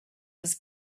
was